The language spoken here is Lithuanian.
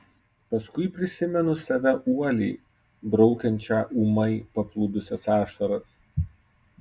paskui prisimenu save uoliai braukiančią ūmai paplūdusias ašaras